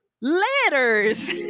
letters